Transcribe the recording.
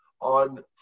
on